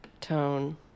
tone